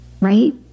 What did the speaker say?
right